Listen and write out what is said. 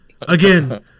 again